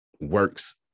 works